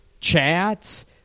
chats